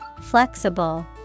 Flexible